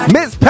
Miss